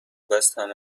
بستم